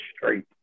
straight